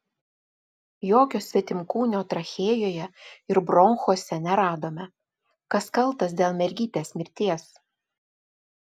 jokio svetimkūnio trachėjoje ir bronchuose neradome kas kaltas dėl mergytės mirties